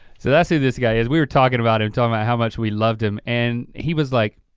so that's who this guy is. we were talking about him, talking about how much we loved him and he was like,